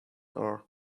ore